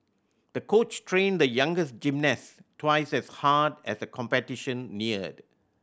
the coach trained the young gymnast twice as hard as the competition neared